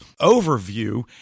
overview